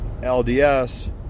LDS